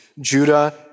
Judah